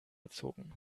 erzogen